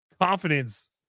confidence